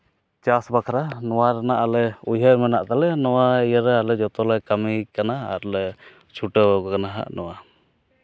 ᱪᱟᱥ ᱵᱟᱠᱷᱨᱟ ᱱᱚᱣᱟ ᱨᱮᱱᱟᱜ ᱟᱞᱮ ᱩᱭᱦᱟᱹᱨ ᱢᱮᱱᱟᱜ ᱛᱟᱞᱮᱭᱟ ᱱᱚᱣᱟ ᱤᱭᱟᱹᱨᱮ ᱟᱞᱮ ᱡᱚᱛᱚ ᱞᱮ ᱠᱟᱹᱢᱤ ᱠᱟᱱᱟ ᱟᱨᱞᱮ ᱪᱷᱩᱴᱟᱹᱣ ᱠᱟᱱᱟ ᱦᱟᱸᱜ ᱱᱚᱣᱟ